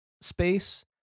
space